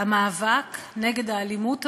המאבק נגד האלימות הזאת,